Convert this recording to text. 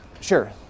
Sure